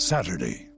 Saturday